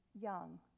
young